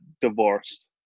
divorced